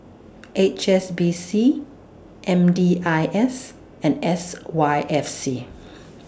H S B C M D I S and S Y F C